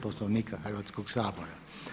Poslovnika Hrvatskog sabora.